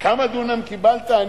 כמה דונם קיבלת?